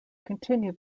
continue